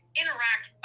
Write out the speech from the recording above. interact